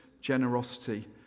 generosity